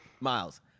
Miles